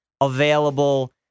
available